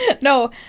No